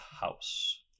house